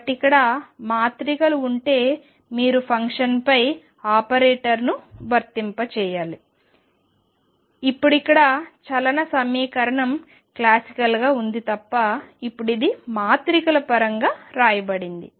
కాబట్టి ఇక్కడ మాత్రికలు ఉంటే మీరు ఫంక్షన్పై ఆపరేటర్ను వర్తింపజేయాలి ఇప్పుడు ఇక్కడ చలన సమీకరణం క్లాసికల్గా ఉంది తప్ప ఇప్పుడు ఇది మాత్రికల పరంగా రాయబడింది